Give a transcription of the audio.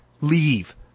Leave